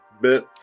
bit